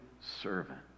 servant